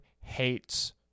hates